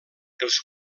els